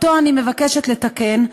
שאני מבקשת לתקן,